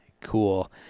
cool